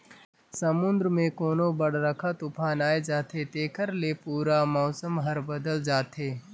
समुन्दर मे कोनो बड़रखा तुफान आये जाथे तेखर ले पूरा मउसम हर बदेल जाथे